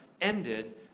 ended